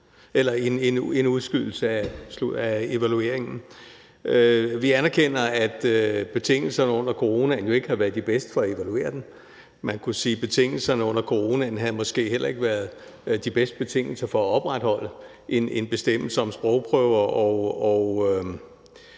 ikke en udskydelse af evalueringen. Vi anerkender, at betingelserne under coronaen jo ikke har været de bedste for at evaluere det. Man kunne sige: Betingelserne under coronaen havde måske heller ikke været de bedste betingelser for at opretholde en bestemmelse om sprogprøver og